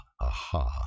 aha